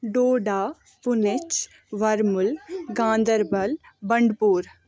doda Poonch Warmul Ganderbal Bandipora